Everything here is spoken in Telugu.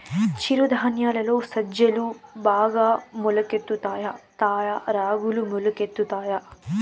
చిరు ధాన్యాలలో సజ్జలు బాగా మొలకెత్తుతాయా తాయా రాగులు మొలకెత్తుతాయా